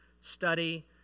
study